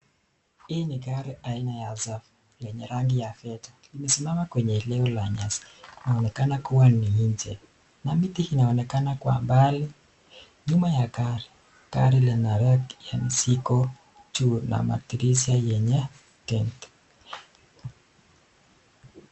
Hili ni gari aina ya SUV lenye rangi ya feza, limesimama kwenye eneo la nyasi. Inaonekana kuwa nje na miti inaonekana kwa mbali. Nyuma ya gari, gari lina rack segal siko tu na madirisha yenye tint .